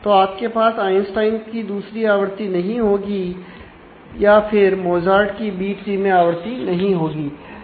तो आपके पास आइंस्टाइन की दूसरी आवृत्ति नहीं होगी या फिर मोजार्ट की बी ट्री में आवृत्ति नहीं होगी